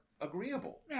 agreeable